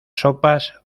sopas